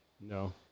No